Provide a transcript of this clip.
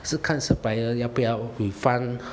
是看 supplier 要不要 refund